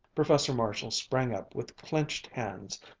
professor marshall sprang up, with clenched hands,